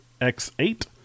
x8